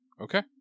Okay